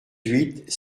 huit